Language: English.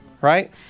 Right